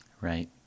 Right